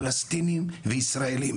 פלסטינאים וישראלים,